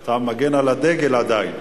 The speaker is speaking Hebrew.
אתה מגן על הדגל עדיין?